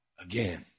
again